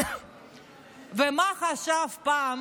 ומה חשב פעם